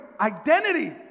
identity